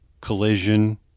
collision